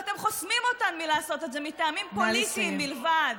ואתם חוסמים אותן מלעשות את זה מטעמים פוליטיים בלבד.